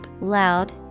loud